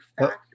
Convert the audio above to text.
fact